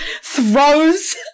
throws